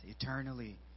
eternally